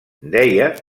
deia